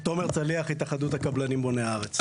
תומר צליח, התאחדות הקבלנים בוני הארץ.